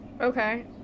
Okay